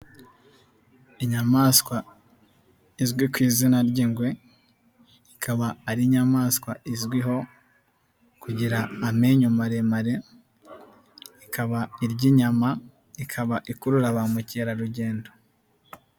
Inyamaswa izwi ku izina ry'ingwe ikaba ari inyamaswa izwiho kugira amenyo maremare, ikaba iry'inyama ikaba ikurura ba mukerarugendo.